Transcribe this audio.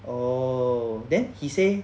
oh then he say